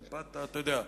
מפאת, אתה יודע.